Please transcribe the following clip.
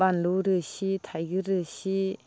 बानलु रोसि थाइगिर रोसि